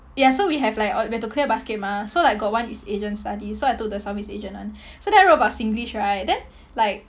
ya so we have like our we have to clear basket mah so like got one is asian studies so I took the southeast asian one so then I wrote about singlish right then like